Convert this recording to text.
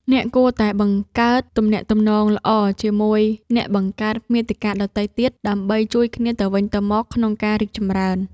អ្នកគួរតែបង្កើតទំនាក់ទំនងល្អជាមួយអ្នកបង្កើតមាតិកាដទៃទៀត ដើម្បីជួយគ្នាទៅវិញទៅមកក្នុងការរីកចម្រើន។